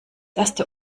erste